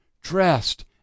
dressed